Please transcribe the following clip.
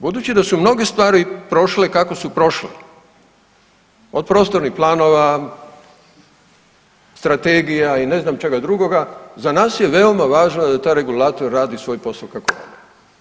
Budući da su mnoge stvari prošle kako su prošle, od prostornih planova, strategija i ne znam čega drugoga, za nas je veoma važno da taj regulator radi svoj posao kako treba.